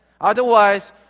Otherwise